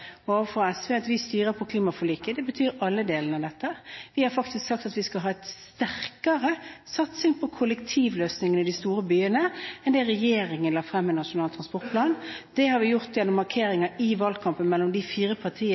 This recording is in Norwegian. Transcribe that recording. fremover, for systemene våre har ikke klart å fange dem opp så godt som vi skulle ønske at de hadde gjort. Så vil jeg gjerne bekrefte overfor SV at vi styrer etter klimaforliket, og det betyr alle delene av dette. Vi har faktisk sagt at vi skal ha en sterkere satsing på kollektivløsninger i de store byene enn det